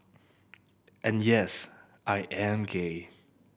and yes I am gay